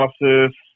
analysis